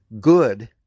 good